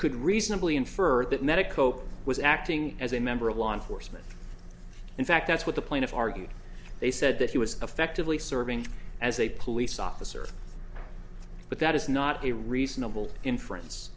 could reasonably infer that medico was acting as a member of law enforcement in fact that's what the plaintiff argued they said that he was effectively serving as a police officer but that is not a reasonable inference